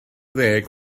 ddeg